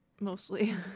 mostly